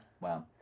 Wow